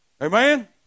Amen